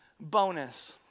bonus